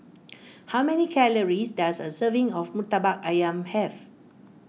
how many calories does a serving of Murtabak Ayam have